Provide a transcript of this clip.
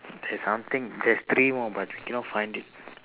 there's something there's three more but cannot find it